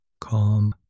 Calm